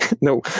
No